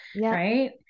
right